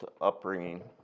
upbringing